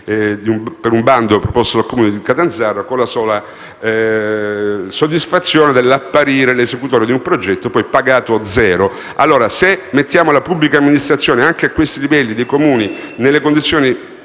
per un bando proposto dal Comune di Catanzaro, con la sola soddisfazione dell'apparire esecutore di un progetto, pagato poi zero. Se mettiamo la pubblica amministrazione, anche a livello dei Comuni...